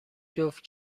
جفت